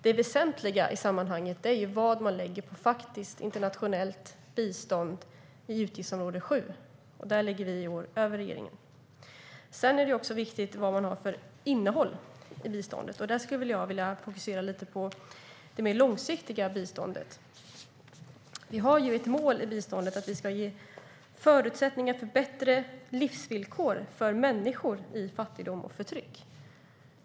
Det väsentliga i sammanhanget är vad man lägger på faktiskt internationellt bistånd i utgiftsområde 7, och där ligger vi över regeringen i år. Det är viktigt vad man har för innehåll i biståndet, och där vill jag fokusera på det mer långsiktiga biståndet. Vi har ett mål för biståndet, nämligen att ge förutsättningar för bättre livsvillkor för människor i fattigdom och förtryck.